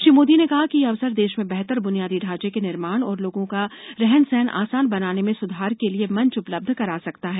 श्री मोदी ने कहा कि यह अवसर देश में बेहतर बुनियादी ढांचे के निर्माण और लोगों का रहन सहन आसान बनाने में सुधार के लिए मंच उपलब्ध करा सकता है